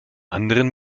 anderen